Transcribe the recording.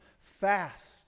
fast